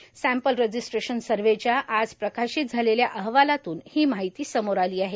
sample registration survey च्या आज प्रकाशित झालेल्या अहवालातून ही माहिती समोर आली आहे